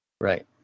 Right